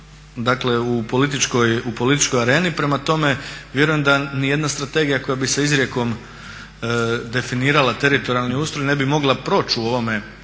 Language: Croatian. dakle u političkoj areni. Prema tome, vjerujem da nijedna strategija koja bi izrijekom definirala teritorijalni ustroj ne bi mogla proći u ovome